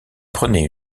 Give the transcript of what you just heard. prenait